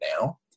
now